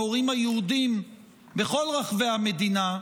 ההורים היהודים בכל רחבי המדינה,